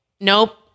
Nope